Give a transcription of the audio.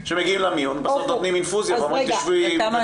שמגיעים למיון ובסוף נותנים אינפוזיה ואומרים שבי ותחכי.